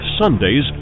Sundays